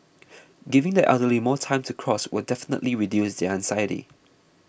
giving the elderly more time to cross will definitely reduce their anxiety